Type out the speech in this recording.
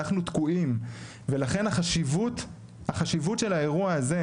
אנחנו תקועים ולכן החשיבות של האירוע הזה,